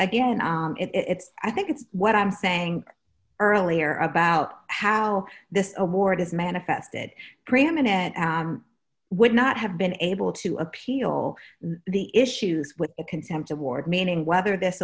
again it's i think it's what i'm saying earlier about how this award is manifested preeminent would not have been able to appeal the issues with a contempt award meaning whether this